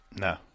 No